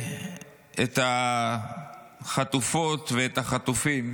שנראה את החטופות ואת החטופים